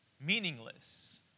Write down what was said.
meaningless